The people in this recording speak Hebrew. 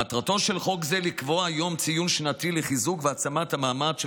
מטרתו של חוק זה לקבוע יום ציון שנתי לחיזוק והעצמת המעמד של